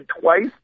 twice –